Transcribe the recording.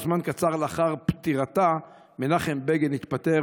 וזמן קצר לאחר פטירתה מנחם בגין התפטר